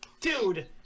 Dude